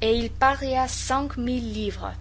et il paria cinq mille livres